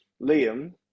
Liam